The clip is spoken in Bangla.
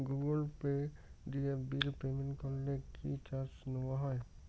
গুগল পে দিয়ে বিল পেমেন্ট করলে কি চার্জ নেওয়া হয়?